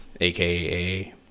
aka